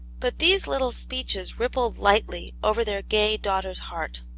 but these little speeches rippled lightly over their gay daughter's heart,